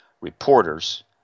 reporters